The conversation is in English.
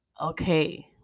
okay